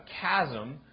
chasm